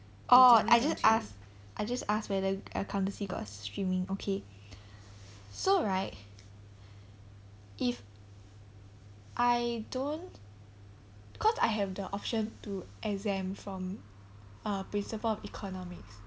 orh I just ask I just ask whether accountancy got streaming okay so right if I don't cause I have the option to exempt from uh principle of economics